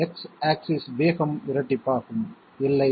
X axis வேகம் இரட்டிப்பாகும் இல்லை